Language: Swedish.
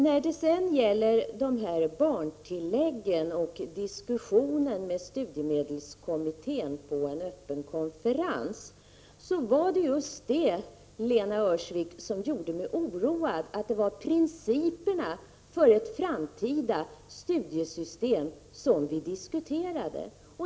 När det sedan gäller barntilläggen och diskussionen med studiemedelskommittén på en öppen konferens var det just det, Lena Öhrsvik, som gjorde mig oroad att det var principerna för ett framtida studiemedelssystem som vi diskuterade.